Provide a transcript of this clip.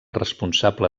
responsable